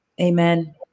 Amen